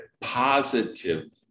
positive